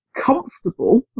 comfortable